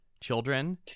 children